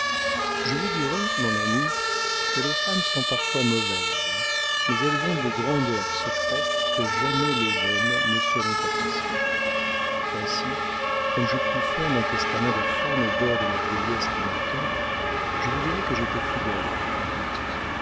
je vous dirai mon ami que les femmes sont parfois mauvaises mais elles ont des grandeurs secrètes que jamais les hommes ne sauront apprécier ainsi comme je puis faire mon testament de femme au bord de la vieillesse qui m'attend je vous dirai que j'étais fidèle à